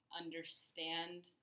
understand